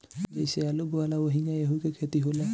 जइसे आलू बोआला ओहिंगा एहू के खेती होला